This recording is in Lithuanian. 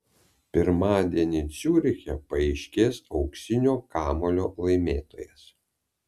pirmadienį ciuriche paaiškės auksinio kamuolio laimėtojas